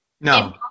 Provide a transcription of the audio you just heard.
No